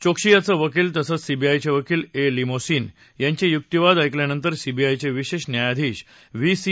चोक्सी याचं वकील तसंच सीबीआयचे वकील ए लिमोसिन यांचे युक्तिवाद ऐकल्यानंतर सीबीआयचे विशेष न्यायाधीश व्ही सी